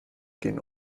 gehen